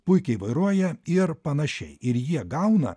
puikiai vairuoja ir panašiai ir jie gauna